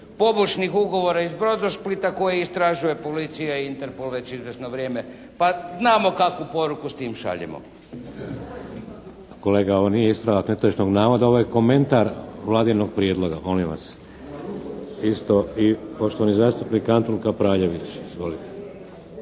pomoćnih ugovora iz "Brodosplita" koji istražuje policija i Interpol već izvjesno vrijeme. Pa znamo kakvu poruku s tim šaljemo. **Šeks, Vladimir (HDZ)** Kolega ovo nije ispravak netočnog navoda. Ovo je komentar Vladinog prijedloga. Molim vas. Isto i poštovano zastupnik Antun Kapraljević. Izvolite.